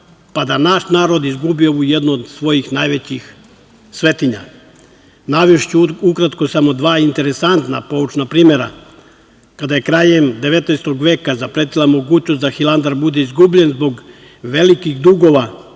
pa da naš narod izgubi ovu jednu od svojih najvećih svetinja. Navešću ukratko samo dva interesantna poučna primera kada je krajem 19. veka zapretila mogućnost da Hilandar bude izgubljen zbog velikih dugova